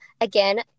Again